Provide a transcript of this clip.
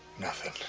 nothing.